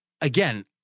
again